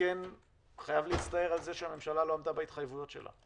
כן חייב להצטער על זה שהממשלה לא עמדה בהתחייבויות שלה.